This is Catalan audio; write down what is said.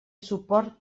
suport